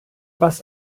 was